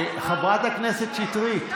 חברת הכנסת שטרית.